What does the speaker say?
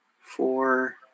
four